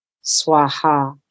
Swaha